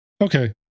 Okay